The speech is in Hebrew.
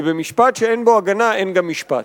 ובמשפט שאין בו הגנה אין גם משפט.